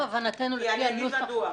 אני אגיד מדוע.